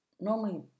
normally